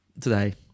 today